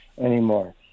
anymore